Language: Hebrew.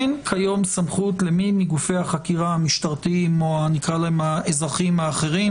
אין כיום סמכות למי מגופי החקירה המשטרתיים או האזרחיים האחרים